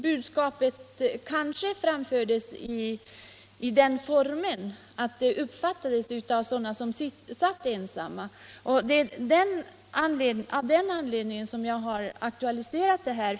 Budskapet hade kanske framförts i sådan form att det kunde uppfattas så av somliga människor som satt hemma ensamma. Det är av den anledningen som jag har aktualiserat frågan.